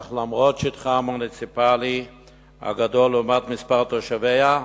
אך למרות שטחה המוניציפלי הגדול לעומת מספר תושביה,